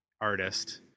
artist